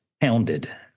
pounded